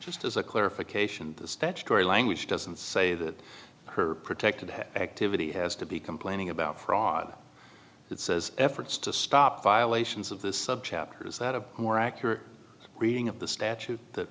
just as a clarification the statutory language doesn't say that her protected activity has to be complaining about fraud it says efforts to stop violations of the subchapters that a more accurate reading of the statute that